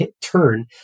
turn